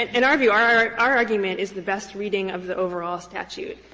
in our view, our argument is the best reading of the overall statute.